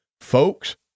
Folks